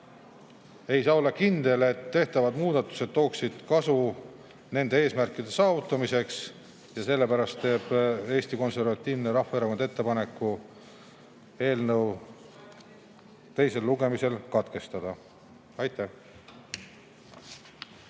seaduse muutmisega tehtavad muudatused toovad kasu nende eesmärkide saavutamisel. Sellepärast teeb Eesti Konservatiivne Rahvaerakond ettepaneku eelnõu teine lugemine katkestada. Aitäh!